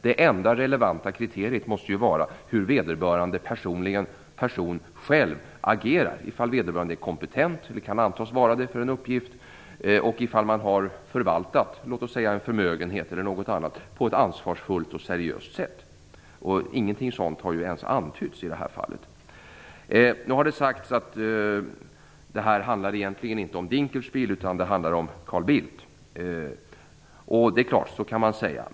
Det enda relevanta kriteriet måste ju vara hur vederbörande själv agerar - om vederbörande är eller kan antas vara kompetent för en uppgift, och om vederbörande har förvaltat t.ex. en förmögenhet på ett ansvarsfullt och seriöst sätt. Ingenting sådant har ens antytts i detta fall. Nu har det sagt att det egentligen inte handlar om Dinkelspiel utan att det handlar om Carl Bildt. Det är klart att man kan säga så.